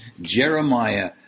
Jeremiah